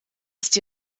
ist